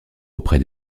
auprès